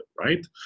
right